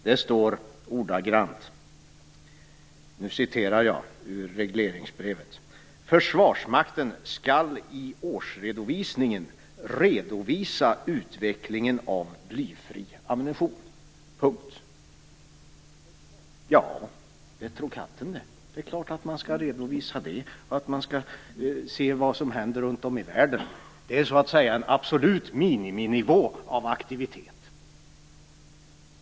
I regleringsbrevet står det nämligen: Försvarsmakten skall i årsredovisningen redovisa utvecklingen av blyfri ammunition. Det tror jag det! Det är klart att man skall redovisa det och att man skall se vad som händer runt om i världen. Det är en absolut miniminivå vad gäller aktivitet.